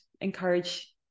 encourage